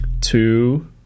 Two